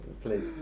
Please